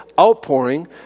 outpouring